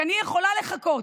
כי אני יכולה לחכות,